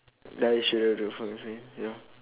then I shouldn't though complain ya